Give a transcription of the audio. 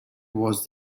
was